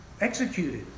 executed